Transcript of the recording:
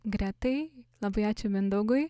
gretai labai ačiū mindaugui